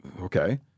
Okay